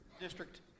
district